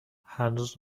هنوز